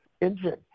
engine